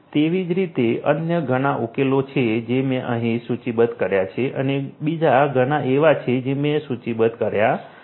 તેવી જ રીતે અન્ય ઘણા ઉકેલો છે જે મેં અહીં સૂચિબદ્ધ કર્યા છે અને બીજા ઘણા એવા છે જે મેં સૂચિબદ્ધ કર્યા નથી